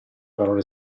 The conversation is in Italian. parole